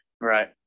right